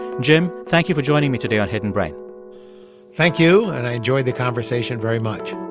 jim, thank you for joining me today on hidden brain thank you. and i enjoyed the conversation very much